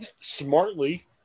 smartly